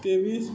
तेवीस